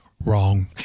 Wrong